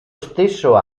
stesso